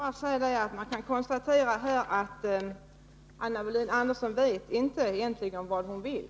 Herr talman! Man kan då konstatera att Anna Wohlin-Andersson egentligen inte vet vad hon vill.